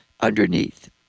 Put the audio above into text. Underneath